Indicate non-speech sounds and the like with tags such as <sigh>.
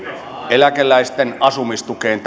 eläkeläisten asumistukeen <unintelligible>